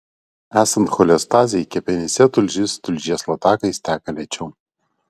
esant cholestazei kepenyse tulžis tulžies latakais teka lėčiau